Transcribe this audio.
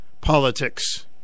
politics